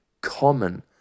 common